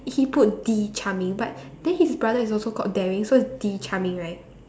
he put D charming but then his brother is also called daring so it's D charming right